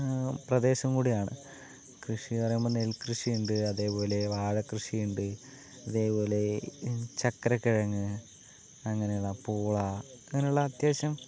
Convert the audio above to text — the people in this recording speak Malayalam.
പ്രദേശം കൂടിയാണ് കൃഷി പറയുമ്പോൾ നെൽ കൃഷിയുണ്ട് അതുപോലെ വാഴ കൃഷിയുണ്ട് അതുപോലെ ചക്കരക്കിഴങ്ങ് അങ്ങനെയുള്ള പൂള അങ്ങനെയുള്ള അത്യാവശ്യം